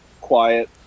quiet